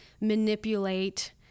manipulate